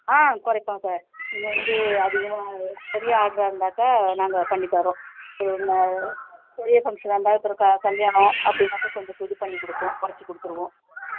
ஆ குறைப்போம் சார் நீங்கள் வந்து அதிகமாக அது பெரிய ஆடராக இருந்தாக்க நாங்கள் பண்ணித் தர்றோம் இப்போது இந்த பெரிய ஃபங்க்ஷனாக இருந்தாக்க ஒருத்தருக்கு க கல்யாணம் அப்படின்னாக்க கொஞ்சம் இது பண்ணிக் கொடுப்போம் குறைச்சிக் கொடுத்துருவோம்